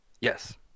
Yes